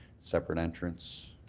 separate entrance,